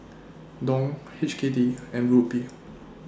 Dong H K D and Rupee